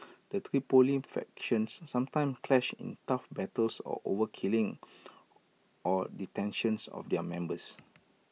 the Tripoli factions sometimes clash in turf battles or over killing or detentions of their members